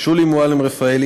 שולי מועלם-רפאלי,